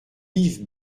yves